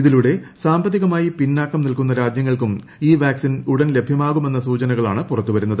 ഇതിലൂടെ സാമ്പത്തികമായി പിന്നാക്കം നിൽക്കുന്ന രാജ്യങ്ങൾക്കും ഈ വാക്സിൻ ഉടൻ ലഭ്യമാകുമെന്ന സൂചനകളാണ് പുറത്തു വരുന്നത്